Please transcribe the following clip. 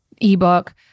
ebook